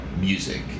music